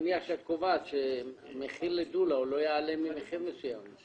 נניח את קובעת שמחיר לדולה לא יעלה על מחיר מסוים.